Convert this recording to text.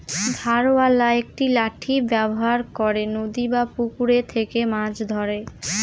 ধারওয়ালা একটি লাঠি ব্যবহার করে নদী বা পুকুরে থেকে মাছ ধরে